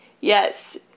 yes